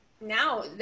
now